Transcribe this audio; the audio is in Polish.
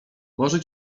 może